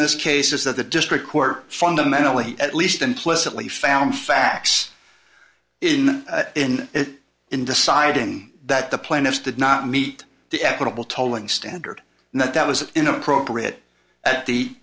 this case is that the district court fundamentally at least implicitly found facts in it in deciding that the plaintiffs did not meet the applicable tolling standard and that that was inappropriate